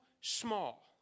small